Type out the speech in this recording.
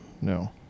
No